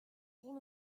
all